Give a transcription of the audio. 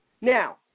Now